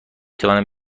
توانم